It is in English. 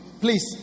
please